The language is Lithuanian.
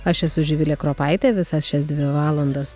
aš esu živilė kropaitė visas šias dvi valandas